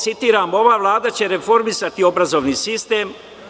Citiram – ova Vlada će reformisati obrazovni sistem.